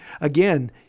Again